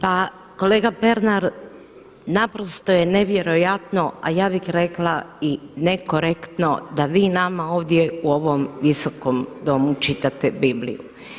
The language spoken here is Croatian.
Pa kolega Pernar naprosto je nevjerojatno, a ja bih rekla i nekorektno da vi nama ovdje u visokom Domu čitate Bibliju.